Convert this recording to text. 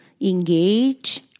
engage